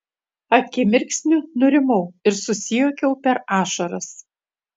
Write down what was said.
akimirksniu nurimau ir susijuokiau per ašaras